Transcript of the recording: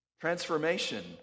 Transformation